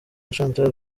chantal